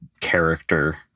character